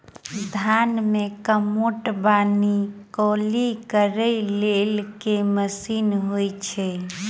धान मे कमोट वा निकौनी करै लेल केँ मशीन होइ छै?